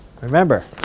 Remember